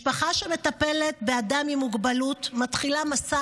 משפחה המטפלת באדם עם מוגבלות מתחילה מסע